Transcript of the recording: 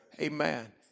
Amen